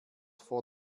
vor